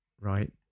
right